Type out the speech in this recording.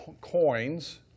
coins